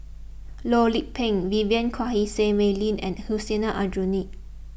Loh Lik Peng Vivien Quahe Seah Mei Lin and Hussein Aljunied